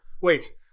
wait